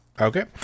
Okay